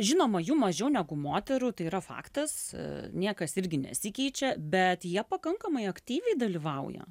žinoma jų mažiau negu moterų tai yra faktas niekas irgi nesikeičia bet jie pakankamai aktyviai dalyvauja